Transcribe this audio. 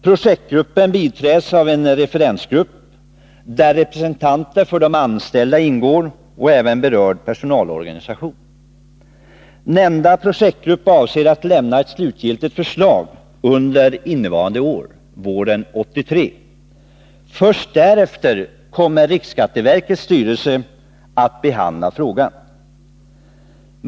Projektgruppen biträds av en referensgrupp, där representanter för de anställda ingår och även berörd personalorganisation. Nämnda projektgrupp avser att lämna ett slutgiltigt förslag under våren 1983. Först därefter kommer riksskatteverkets styrelse att behandla frågan.